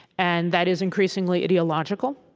and that is increasingly ideological.